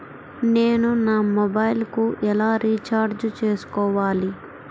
నేను నా మొబైల్కు ఎలా రీఛార్జ్ చేసుకోవాలి?